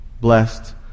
Blessed